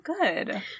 Good